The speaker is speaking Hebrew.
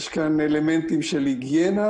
יש כאן אלמנטים של היגיינה,